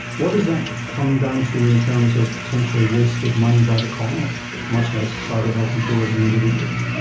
what does that come down to in terms of potentially wasted money by the commonwealth, much less private health insurers and individuals?